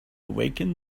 awaken